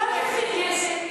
כל כך נסערת פה בכנסת,